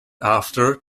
after